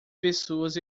pessoas